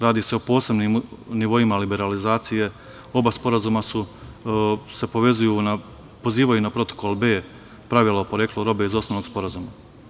Radi se o posebnim nivoima liberalizacije, oba sporazuma se pozivaju na protokol B pravila o poreklu robe iz osnovnog sporazuma.